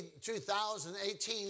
2018